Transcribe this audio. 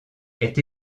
est